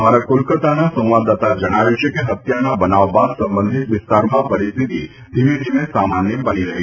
અમારા કોલકતાના સંવાદદાતા જણાવે છે કે હત્યાના બનાવ બાદ સંબંધિત વિસ્તારમાં પરિસ્થિતી ધીમે ધીમે સામાન્ય બની રહી છે